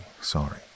sorry